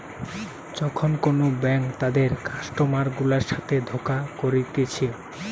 যখন কোন ব্যাঙ্ক তাদের কাস্টমার গুলার সাথে ধোকা করতিছে